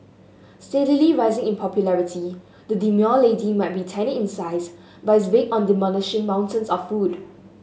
steadily rising in popularity the demure lady might be tiny in size but is big on demolishing mountains of food